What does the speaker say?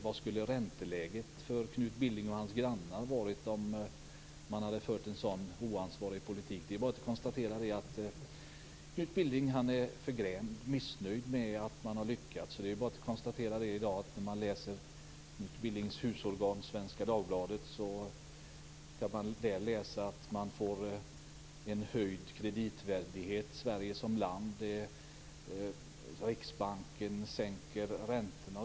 Vad skulle ränteläget för Knut Billing och hans grannar ha varit om man hade fört en så oansvarig politik? Vi kan vara konstatera att Knut Billing är förgrämd och missnöjd med att vi har lyckats. I Knut Billings husorgan Svenska Dagbladet kan man läsa att Sverige som land får en höjd kreditvärdighet. Riksbanken sänker räntorna.